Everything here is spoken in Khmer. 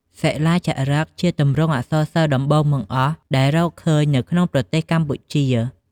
សិលាចារឹក ជាទម្រង់អក្សរសិល្ប៍ដំបូងបង្អស់ដែលរកឃើញនៅក្នុងប្រទេសកម្ពុជា។